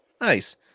Nice